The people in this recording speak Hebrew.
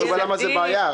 שייתן תשובה למה זו בעיה?